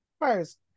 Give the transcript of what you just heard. First